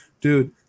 Dude